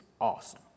awesome